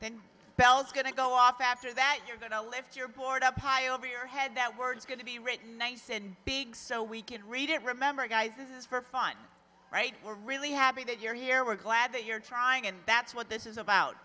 warning bells going to go off after that you're going to lift your board up high over your head that we're going to be written nice and big so we can read it remember guys this is for fun right we're really happy that you're here we're glad that you're trying and that's what this is about